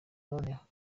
noneho